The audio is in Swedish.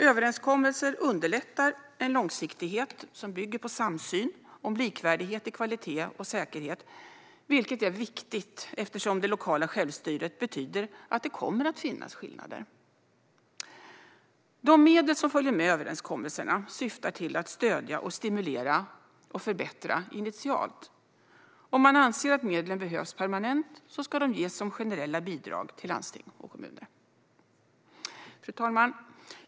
Överenskommelser underlättar en långsiktighet som bygger på samsyn om likvärdighet i kvalitet och säkerhet, vilket är viktigt eftersom det lokala självstyret betyder att det kommer att finnas skillnader. De medel som följer med överenskommelserna syftar till att stödja, stimulera och förbättra initialt. Om man anser att medlen behövs permanent ska de ges som generella bidrag till landsting och kommuner. Fru talman!